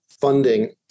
funding